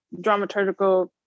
dramaturgical